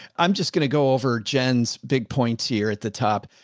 i'm just going to go over. jen's big points here at the top.